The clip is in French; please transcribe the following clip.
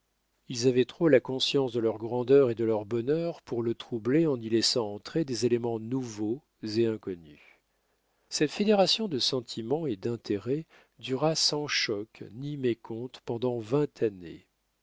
ils avaient trop la conscience de leur grandeur et de leur bonheur pour le troubler en y laissant entrer des éléments nouveaux et inconnus cette fédération de sentiments et d'intérêts dura sans choc ni mécomptes pendant vingt années